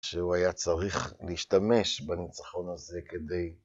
שהוא היה צריך להשתמש בניצחון הזה כדי...